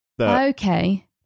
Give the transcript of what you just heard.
Okay